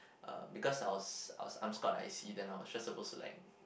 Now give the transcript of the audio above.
uh because I was I was I'm squad I_C then I was just supposed to like